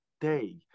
day